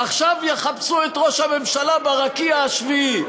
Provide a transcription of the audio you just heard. עכשיו יחפשו את ראש הממשלה ברקיע השביעי,